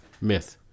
Myth